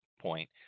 Point